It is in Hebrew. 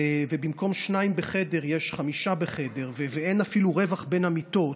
ובמקום שניים בחדר יש חמישה בחדר ואין אפילו רווח בין המיטות,